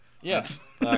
Yes